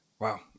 Wow